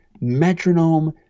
metronome